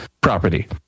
property